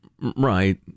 Right